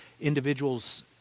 individuals